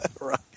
Right